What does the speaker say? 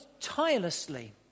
tirelessly